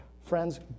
Friends